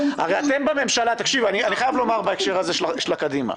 אני חייב לומר משהו בקשר לעניין של קדימה.